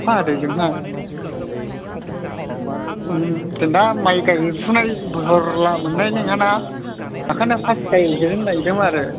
अखा हादैजोंहाय दा माइ गायफुनाय बहरब्ला मोननाय नङाना आखायनो थाब गायग्रोनो नागिदोंमोन आरो